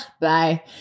bye